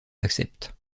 accepte